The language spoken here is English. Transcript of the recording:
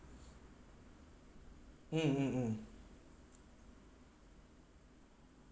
mm mm mm